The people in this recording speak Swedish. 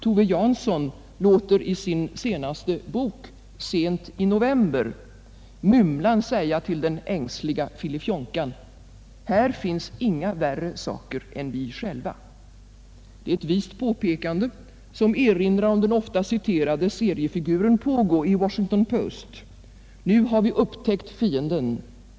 Tove Jansson låter i sin senaste bok ”Sent i november” Mymlan säga till den ängsliga Filifjonkan: ”Här finns inga värre saker än vi själva.” Det är ett vist påpekande, som erinrar om den ofta citerade seriefiguren Pogo i Washington Post: ”Nu har vi upptäckt fienden.